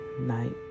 night